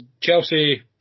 Chelsea